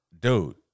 Dude